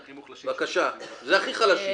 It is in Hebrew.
ואלו הכי מוחלשים --- אלה הכי חלשים.